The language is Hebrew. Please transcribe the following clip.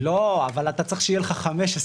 לא אבל אתה צריך שיהיה לך 15,